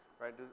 right